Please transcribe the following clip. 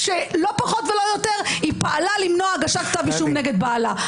כשלא פחות ולא יותר היא פעלה למנוע הגשת כתב אישום נגד בעלה.